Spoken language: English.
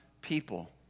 people